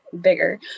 bigger